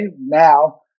Now